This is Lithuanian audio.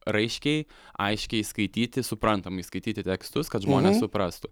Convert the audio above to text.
raiškiai aiškiai skaityti suprantamai skaityti tekstus kad žmonės suprastų